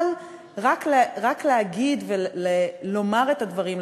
אבל רק להגיד ולומר את הדברים,